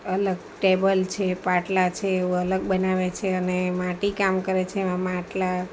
અલગ ટેબલ છે પાટલા છે એવું અલગ બનાવે છે અને માટી કામ કરે છે એમાં માટલા